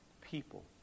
people